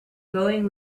going